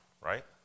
Right